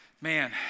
man